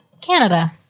Canada